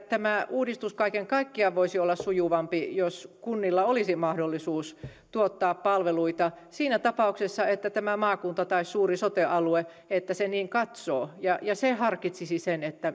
tämä uudistus kaiken kaikkiaan voisi olla sujuvampi jos kunnilla olisi mahdollisuus tuottaa palveluita siinä tapauksessa että tämä maakunta tai suuri sote alue niin katsoisi ja se harkitsisi sen